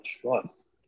trust